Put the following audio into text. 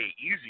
easy